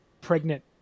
pregnant